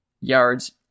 yards